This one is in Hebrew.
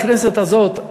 בכנסת הזאת,